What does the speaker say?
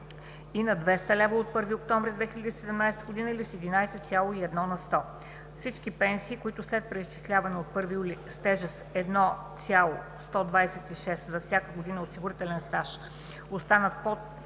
и на 200 лева от 1 октомври 2017 г., или с 11,1 на сто. Всички пенсии, които след преизчисляването от 1 юли с тежест 1,126 за всяка година осигурителен стаж, останат с